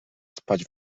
spać